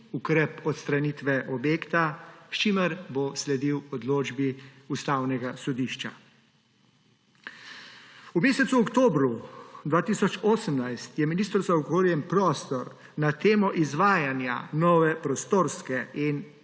ukrep odstranitve objekta, s čimer bo sledil odločbi Ustavnega sodišča. V mesecu oktobru 2018 je Ministrstvo za okolje in prostor na temo izvajanja nove prostorske in